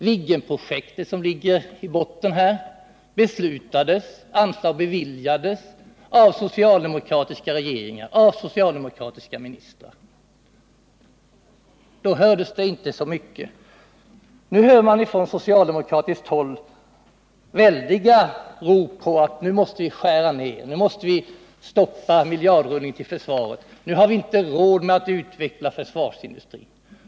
Viggenprojektet ligger i botten. Beslut har fattats och anslag har beviljats av socialdemokratiska regeringar. Då var det ganska tyst. Men nu kan man höra från socialdemokratiskt håll höjda rop på att man måste skära ned anslagen och stoppa miljardrullningen till försvaret. Nu menar socialdemokraterna att vi inte har råd att utveckla försvarsindustrin.